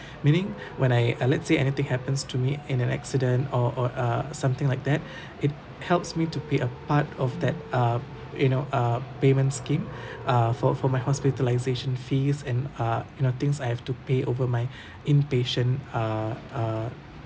meaning when I uh let's say anything happens to me in a accident or or uh something like that it helps me to pay a part of that uh you know uh payment scheme uh for for my hospitalisation fees and uh you know things I have to pay over my inpatient uh uh